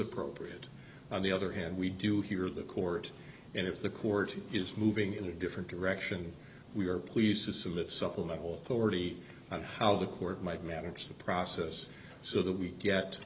appropriate on the other hand we do here the court and if the court is moving in a different direction we are pleased to submit a supplemental forty of how the court might manage the process so that we get